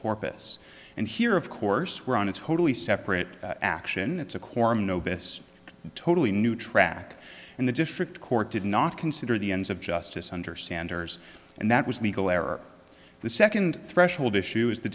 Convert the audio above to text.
corpus and here of course we're on a totally separate action it's a quorum nobis totally new track and the district court did not consider the ends of justice under sanders and that was legal error the second threshold issue is the